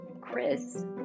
Chris